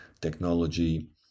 technology